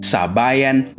Sabayan